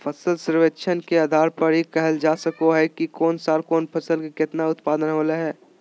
फसल सर्वेक्षण के आधार पर ही कहल जा सको हय कि कौन साल कौन फसल के केतना उत्पादन होलय हें